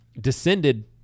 descended